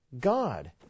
god